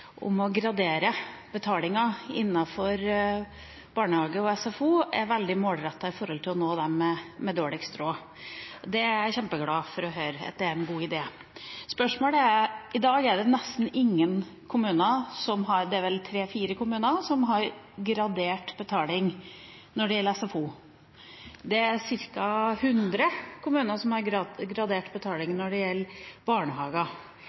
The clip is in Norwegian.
gradere betalingen innenfor barnehage og SFO er veldig målrettet når det gjelder å nå dem med dårligst råd. Det er jeg kjempeglad for å høre at er en god idé. I dag er det nesten ingen kommuner – det er vel tre–fire kommuner – som har gradert betaling når det gjelder SFO. Det er ca. 100 kommuner som har gradert